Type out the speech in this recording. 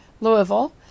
Louisville